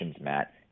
Matt